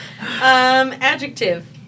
Adjective